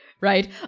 right